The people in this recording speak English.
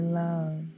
love